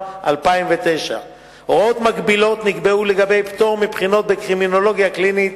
2009. הוראות מקבילות נקבעו לגבי פטור מבחינות בקרימינולוגיה קלינית,